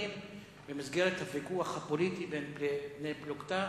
במסגרת הוויכוח הפוליטי בין בני-פלוגתא,